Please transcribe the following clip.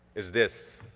it's this.